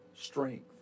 strength